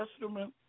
Testament